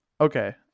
Okay